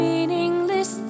Meaningless